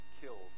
killed